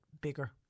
bigger